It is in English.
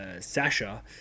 Sasha